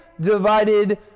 divided